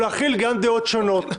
-- להכיל גם דעות שונות,